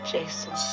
Jason